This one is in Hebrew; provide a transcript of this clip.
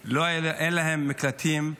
כי אין להם מקלטים,